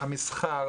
המסחר,